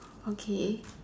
okay